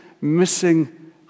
missing